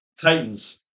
Titans